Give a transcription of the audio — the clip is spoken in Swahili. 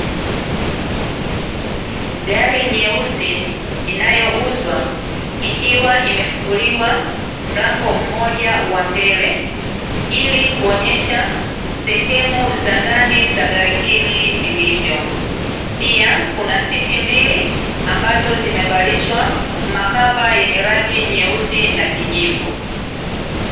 Gari nyeusi inayouzwa, ikiwa imefunguliwa mlango mmoja wa mbele, ili kuonyesha sehemu za ndani za gari hili lilivyo. Pia kuna siti mbili, ambazo zimevalishwa makava yenye rangi nyeusi na kijivu.